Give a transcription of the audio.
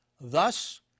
Thus